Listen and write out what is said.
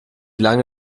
lange